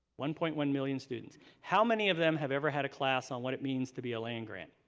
one point one million students. how many of them have ever had a class on what it means to be a land-grant?